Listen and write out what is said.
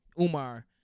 Umar